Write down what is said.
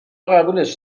قبولش